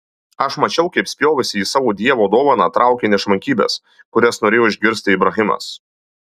aš mačiau kaip spjovusi į savo dievo dovaną traukei nešvankybes kurias norėjo išgirsti ibrahimas